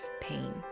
pain